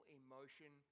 emotion